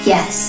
Yes